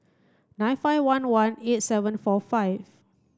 nine five one one eight seven four five